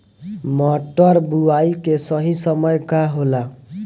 मटर बुआई के सही समय का होला?